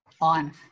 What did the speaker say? on